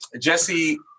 Jesse